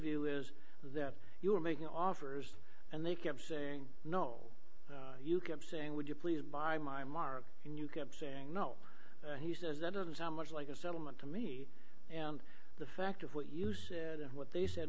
view is that you were making offers and they kept saying no you kept saying would you please buy my mark and you kept saying no he says that doesn't sound much like a settlement to me and the fact of what you said and what they said